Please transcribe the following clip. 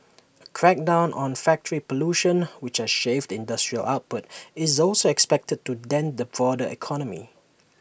A crackdown on factory pollution which has shaved industrial output is also expected to dent the broader economy